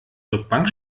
rückbank